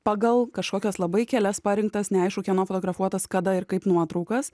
pagal kažkokias labai kelias parinktas neaišku kieno fotografuotas kada ir kaip nuotraukas